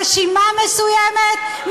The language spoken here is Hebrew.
רשימה מסוימת?